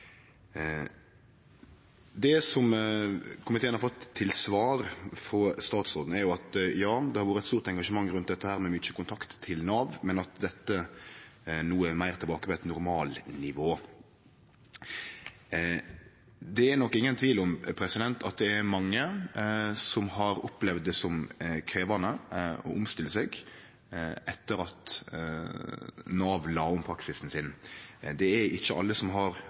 Det komiteen har fått til svar frå statsråden, er at det har vore eit stort engasjement rundt dette, med mykje kontakt med Nav, men at dette no er meir tilbake på eit normalnivå. Det er nok ingen tvil om at det er mange som har opplevd det som krevjande å omstille seg etter at Nav la om praksisen sin. Det er ikkje alle som har